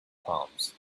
palms